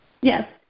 Yes